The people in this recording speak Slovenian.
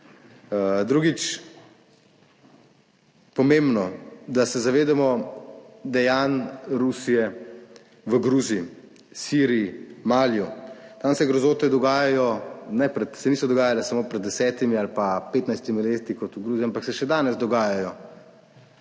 Drugič. Pomembno, da se zavedamo dejanj Rusije v Gruziji, Siriji, Maliju. Tam se grozote dogajajo ne pred, se niso dogajale samo pred desetimi ali pa petnajstimi leti kot v Gruziji, ampak se še danes dogajajo